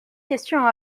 questions